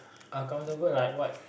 uncomfortable like what